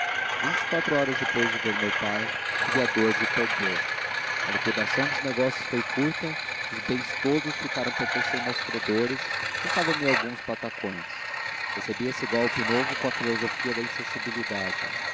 vinte e quatro horas depois de ver meu pai tive a dor de o perder a liquidação dos negócios foi curta os bens todos ficaram pertencendo aos credores restavam me alguns patacões recebi esse golpe novo com a filosofia da insensibilidade